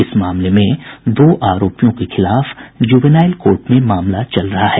इस मामले में दो आरोपियों के खिलाफ जुवेनाईल कोर्ट में मामला चल रहा है